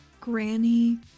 Granny